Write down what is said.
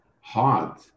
hard